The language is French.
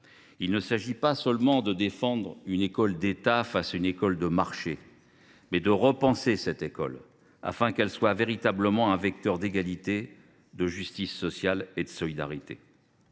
Il s’agit non pas seulement de défendre une école d’État face à une école de marché, mais de repenser cette école afin qu’elle soit véritablement un vecteur d’égalité, de justice sociale et de solidarité.